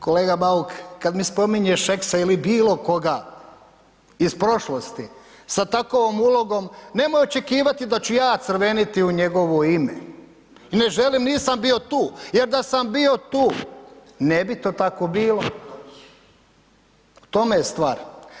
Kolega Bauk, kad mi spominješ Šeksa ili bilo koga iz prošlosti sa takvom ulogom, nemoj očekivati da ću ja crveniti u njegovo ime, ne želim, nisam bio tu, jer da sam bio tu ne bi to tako bilo, u tome je stvar.